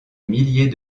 milliers